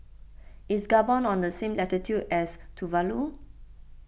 is Gabon on the same latitude as Tuvalu